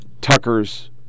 Tucker's